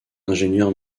ingénieur